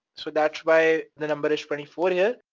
so that's why the number is twenty four here.